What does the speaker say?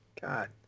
God